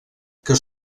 que